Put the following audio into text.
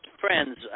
friends